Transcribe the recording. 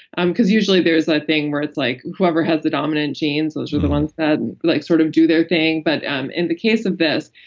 um because usually there's a thing where like whoever has the dominant genes, those are the ones that like sort of do their thing. but um in the case of this,